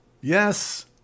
Yes